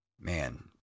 Man